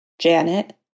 Janet